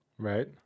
Right